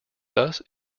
thus